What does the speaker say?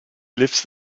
lives